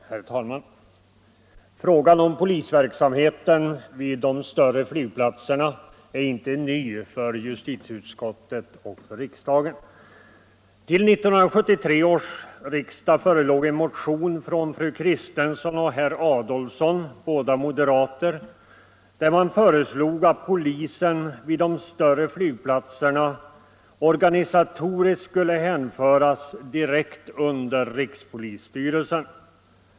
Herr talman! Frågan om polisverksamheten vid de större flygplatserna är inte ny för justitieutskottet och riksdagen. Till 1973 års riksdag förelåg en motion från fru Kristensson och herr Adolfsson, båda moderater, där man föreslog att polisen vid de större flygplatserna organisatoriskt skulle hänföras direkt under rikspolisstyrelsen.